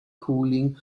cooling